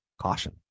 caution